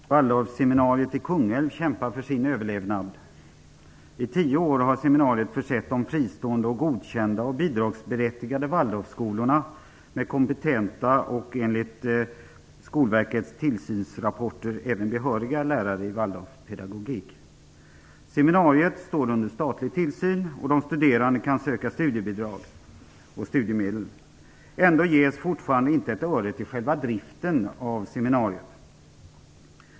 Herr talman! Waldorfseminariet i Kungälv kämpar för sin överlevnad. I tio år har seminariet försett de fristående, godkända och bidragsberättigade Waldorfskolorna med kompetenta och enligt Skolverkets tillsynsrapporter även behöriga lärare i Waldorfpedagogik. Seminariet står under statlig tillsyn och de studerande kan söka studiebidrag och studiemedel. Ändå ges fortfarande inte ett öre till själva driften av seminariet.